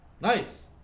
Nice